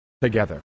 together